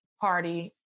party